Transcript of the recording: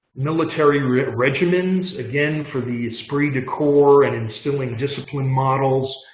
military regimens, again, for the esprit de corps, and instilling discipline models,